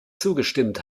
zugestimmt